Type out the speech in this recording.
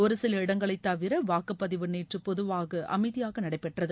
ஒருசில இடங்களை தவிர வாக்குப்பதிவு நேற்று பொதுவாக அமைதியாக நடைபெற்றது